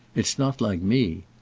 it's not like me.